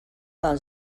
del